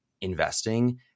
investing